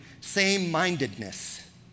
same-mindedness